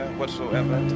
whatsoever